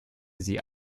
sie